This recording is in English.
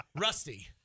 Rusty